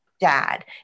dad